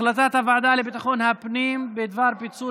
החלטת הוועדה לביטחון הפנים בדבר פיצול